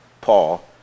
Paul